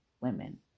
women